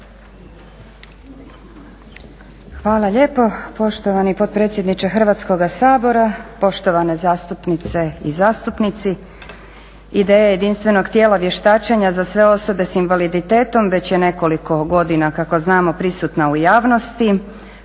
Hvala lijepo poštovani potpredsjedniče Hrvatskoga sabora, poštovane zastupnice i zastupnici. Ideja jedinstvenog tijela vještačenja za sve osobe sa invaliditetom već je nekoliko godina kako znamo prisutna u javnosti.